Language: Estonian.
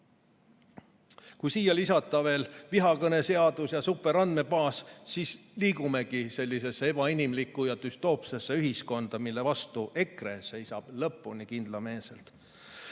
Kui siia lisada veel vihakõneseadus ja superandmebaas, siis liigumegi sellisesse ebainimlikku ja düstoopsesse ühiskonda, mille vastu EKRE seisab kindlameelselt